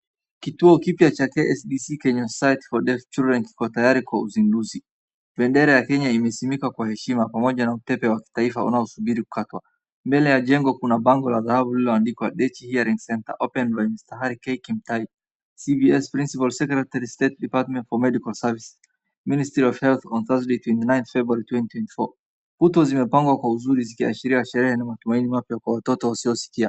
Kituokipya cha KSDC Kenya Society For Deaf Children kikotayari kwa uzinduzi. Bendera ya Kenya imisimika kwa heshima, pamoja na utepe wa taifa unaosubiri kukatwa. Mbele ya jengo kuna bango la dhahabu lililoandikwa Hearing Center, opened by Mr. Harry K. Kimtai, CBS Principal Secretary, State Department for Medical Services, Ministry of Health , on Thursday 29th February, 2024 Kuto zimepangwa kwa uzuri zikiashiria sherehe na matumaini mapya kwa watoto wasio sikia.